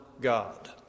God